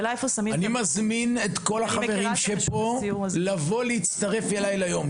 אני מזמין את כל החברים לבוא ולהצטרף אליי לסיור היום.